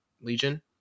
Legion